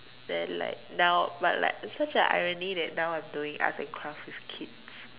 then like now but like it's such a irony that now I'm doing arts and craft with kids